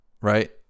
right